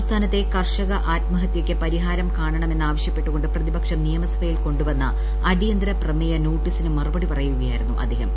സംസ്ഥാനത്തെ കർഷക ആത്മഹത്യയ്ക്ക് പരിഹാരം കാണണമെന്ന് ആവശ്യപ്പെട്ടുകൊണ്ട് പ്രതിപക്ഷം നിയമസഭയിൽ കൊണ്ടുവന്ന അടിയന്തിര പ്രമേയ നോട്ടീസിന് മറുപടി പറയുകയായിരുന്നു അദ്ദേഹം